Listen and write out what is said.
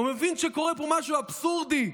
הוא מבין שקורה פה משהו אבסורדי,